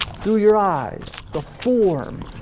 through your eyes, the form,